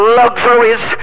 luxuries